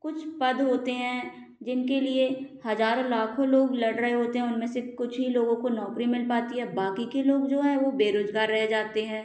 कुछ पद होते हैं जिनके लिए हजारों लाखों लोग लड़ रहे होते हैं उनमें से कुछ ही लोगों को नौकरी मिल पाती है बाकी के लोग जो हैं वो बेरोजगार रह जाते हैं